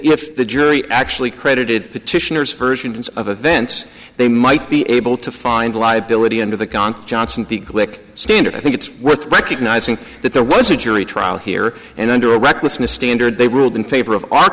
if the jury actually credited petitioners versions of events they might be able to find liability under the concept johnson be glick standard i think it's worth recognizing that there was a jury trial here and under a recklessness standard they ruled in favor of our